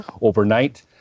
overnight